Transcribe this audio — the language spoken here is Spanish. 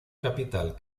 capital